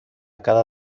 cada